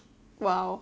!wow!